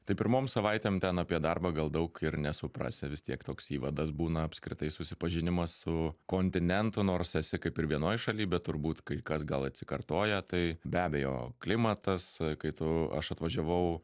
taip pirmom savaitėm ten apie darbą gal daug ir nesuprasi vis tiek toks įvadas būna apskritai susipažinimas su kontinentu nors esi kaip ir vienoj šaly bet turbūt kai kas gal atsikartoja tai be abejo klimatas kai tu aš atvažiavau